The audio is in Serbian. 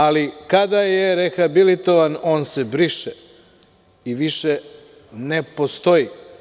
Ali kada je rehabilitovan, on se briše i više ne postoji.